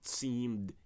seemed